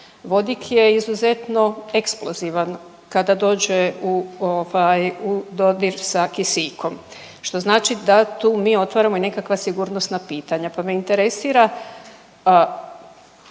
vodik je izuzetno eksplozivan kada dođe u ovaj u dodir sa kisikom, što znači da tu mi otvaramo i nekakva sigurnosna pitanja, pa me interesira